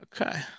Okay